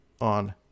on